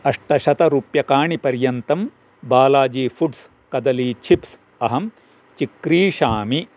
अष्टशतरूप्यकाणि पर्यन्तं बालाजी फुड्स् कदली चिप्स् अहं चिक्रीषामि